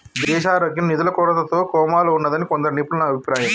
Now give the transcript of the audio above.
దేశారోగ్యం నిధుల కొరతతో కోమాలో ఉన్నాదని కొందరు నిపుణుల అభిప్రాయం